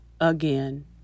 again